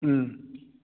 ꯎꯝ